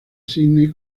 sídney